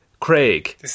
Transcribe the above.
Craig